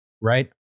right